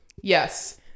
Yes